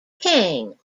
king